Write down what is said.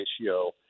ratio